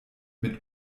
mit